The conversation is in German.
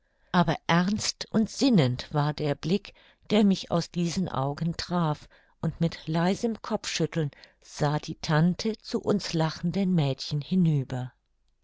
aber ernst und sinnend war der blick der mich aus diesen augen traf und mit leisem kopfschütteln sah die tante zu uns lachenden mädchen hinüber